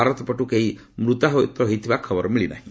ଭାରତ ପଟୁ କେହି ମୃତାହତ ହୋଇଥିବା ଖବର ମିଳିନାହିଁ